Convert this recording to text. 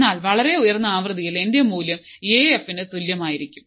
എന്നാൽ വളരെ ഉയർന്ന ആവൃത്തിയിൽ എന്റെ മൂല്യം എ അഫിന് തുല്യമായിരിക്കും